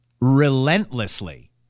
relentlessly